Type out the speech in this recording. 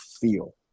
feel